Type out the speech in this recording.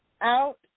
out